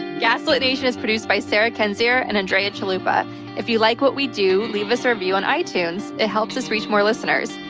gaslit nation is produced by sarah kendzior, and andrea chalupa. if you like what we do, leave us a review on itunes. it helps us reach more listeners.